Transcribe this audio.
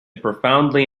profoundly